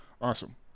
Awesome